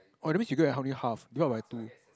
oh that means go you and how many half divide by two